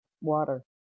water